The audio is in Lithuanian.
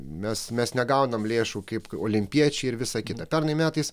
mes mes negauname lėšų kaip olimpiečiai ir visa kita pernai metais